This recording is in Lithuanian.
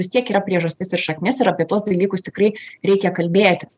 vis tiek yra priežastis ir šaknis ir apie tuos dalykus tikrai reikia kalbėtis